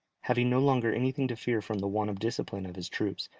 having no longer anything to fear from the want of discipline of his troops,